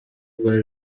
rwari